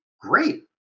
Great